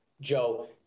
Joe